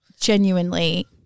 genuinely